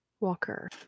Walker